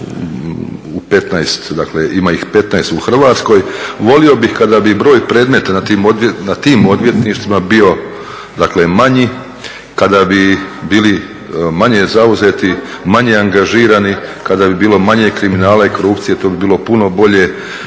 ima ih 15 u Hrvatskoj volio bih kada bi broj predmeta na tim odvjetništvima bio manji, kada bi bili manje zauzeti, manje angažirani, kada bi bilo manje kriminala i korupcije to bi bilo puno bolje